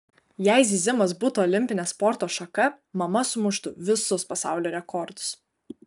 jei zyzimas būtų olimpinė sporto šaka mama sumuštų visus pasaulio rekordus